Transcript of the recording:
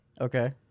Okay